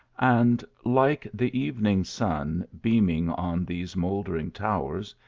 and, like the evening sun beaming on these mouldering towers,